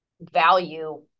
value